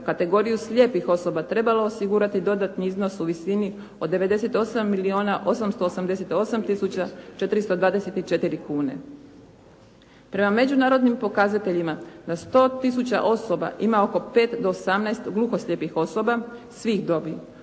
kategoriju slijepih osoba trebalo osigurati dodatni iznos u visini od 98 milijuna 888 tisuća 424 kune. Prema međunarodnim pokazateljima na 100 tisuća osoba ima oko 5 do 18 gluhoslijepih osoba svih dobi.